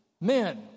men